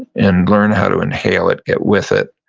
and learn how to inhale it, get with it,